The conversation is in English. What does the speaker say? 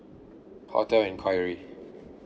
hotel enquiry